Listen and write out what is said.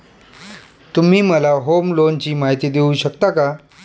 तुम्ही मला होम लोनची माहिती देऊ शकता का?